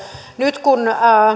nyt kun